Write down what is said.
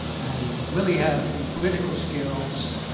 and will he have the political skills,